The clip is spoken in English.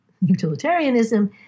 utilitarianism